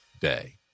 day